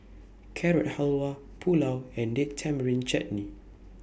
Carrot Halwa Pulao and Date Tamarind Chutney